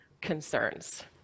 concerns